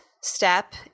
step